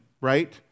right